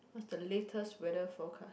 what is the latest weather forecast